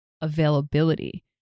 availability